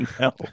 No